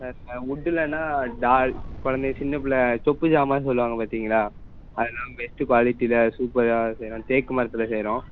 sir உட்டுலன்னா doll குழந்தைங்க சின்ன பிள்ள சொப்பு ஜாமான்னு சொல்லுவாங்கள் பார்த்தீங்களா அதெலாம் பெஸ்ட்டு குவாலிட்டியில சூப்பராக செய்கிறோம் தேக்கு மரத்தில் செய்கிறோம்